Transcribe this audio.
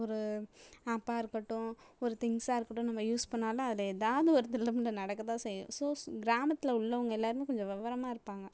ஒரு ஆப்பாக இருக்கட்டும் ஒரு திங்க்ஸாக இருக்கட்டும் நம்ம யூஸ் பண்ணாலும் அதில் ஏதாவது ஒரு தில்லுமுல்லு நடக்க தான் செய்யும் ஸோ கிராமத்தில் உள்ளவங்கள் எல்லாருமே கொஞ்சம் விவரமா இருப்பாங்கள்